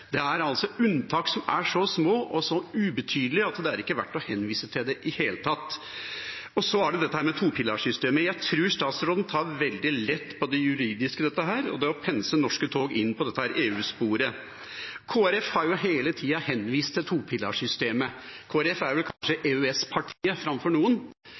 Det er altså unntak som er så små og så ubetydelige at det ikke er verdt å henvise til dem i det hele tatt. Så er det dette med topilarsystemet. Jeg tror statsråden tar veldig lett på det juridiske i dette og på det å pense norske tog inn på EU-sporet. Kristelig Folkeparti har jo hele tiden henvist til topilarsystemet. Kristelig Folkeparti er kanskje EØS-partiet framfor